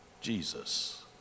Jesus